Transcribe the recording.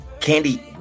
Candy